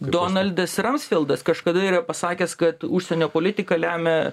donaldas rumsfeldas kažkada yra pasakęs kad užsienio politiką lemia